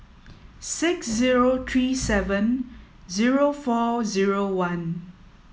six zero three seven zero four zero one